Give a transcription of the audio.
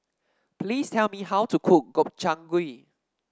please tell me how to cook Gobchang Gui